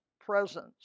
presence